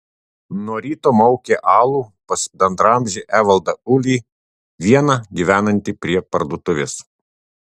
nuo ryto maukė alų pas bendraamžį evaldą ulį vieną gyvenantį prie parduotuvės